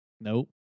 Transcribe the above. Nope